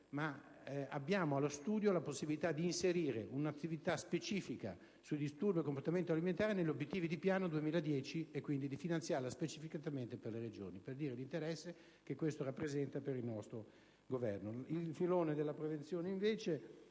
sanitaria - alla eventualità di inserire un'attività specifica sui disturbi del comportamento alimentare negli obiettivi del Piano 2010, e quindi di finanziarla specificatamente per le Regioni. Ciò, per dire l'interesse che questo problema rappresenta per il nostro Governo. Il filone della prevenzione, finanziato